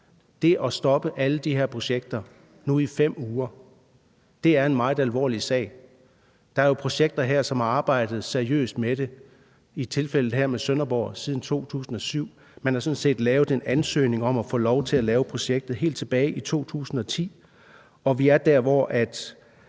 Det at stoppe alle de her projekter nu i 5 uger er en meget alvorlig sag. Der er jo her projekter, hvor man har arbejdet seriøst med det, i tilfældet her med Sønderborg siden 2007, og man har sådan set lavet en ansøgning om at få lov til at lave projektet helt tilbage i 2010,